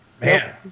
Man